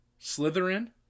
Slytherin